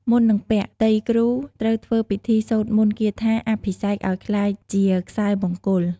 មុននឹងពាក់ ទៃគ្រូត្រូវធ្វើពិធីសូត្រមន្តគាថាអភិសេកឱ្យក្លាយជាខ្សែមង្គល។